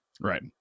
right